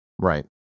Right